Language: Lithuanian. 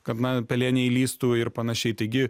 kad na pelė neįlįstų ir panašiai taigi